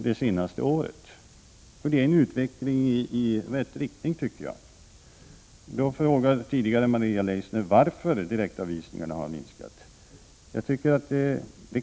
Det är, enligt min mening, en utveckling i rätt riktning. Maria Leissner frågade tidigare varför direktavvisningarna har minskat i antal.